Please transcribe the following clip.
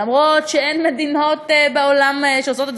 למרות שאין מדינות בעולם שעושות את זה,